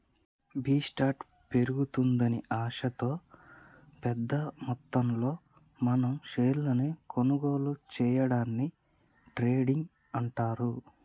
B స్టార్ట్ పెరుగుతుందని ఆశతో పెద్ద మొత్తంలో మనం షేర్లను కొనుగోలు సేయడాన్ని ట్రేడింగ్ అంటారు